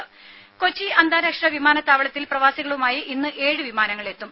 രുമ കൊച്ചി അന്താരാഷ്ട്ര വിമാനത്താവളത്തിൽ പ്രവാസികളുമായി ഇന്ന് ഏഴ് വിമാനങ്ങൾ എത്തും